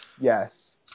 Yes